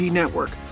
network